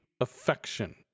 affection